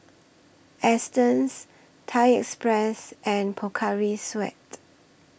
Astons Thai Express and Pocari Sweat